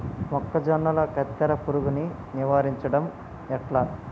మొక్కజొన్నల కత్తెర పురుగుని నివారించడం ఎట్లా?